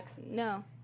no